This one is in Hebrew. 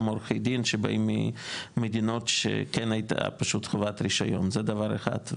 עורכי דין שבאים ממדינות שכן הייתה חובת רישיון זה דבר אחד.